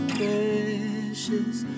precious